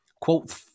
Quote